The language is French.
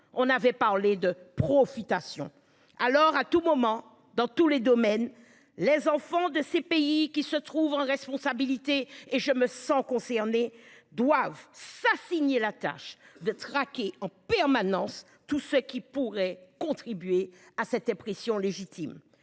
On avait parlé de profitation. Alors à tout moment dans tous les domaines, les enfants de ces pays qui se trouve en responsabilité et je me sens concerné doivent s'assigner la tâche de traquer en permanence tout ce qui pourrait contribuer à cette impression légitime.